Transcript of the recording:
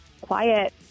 quiet